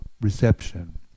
reception